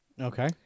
Okay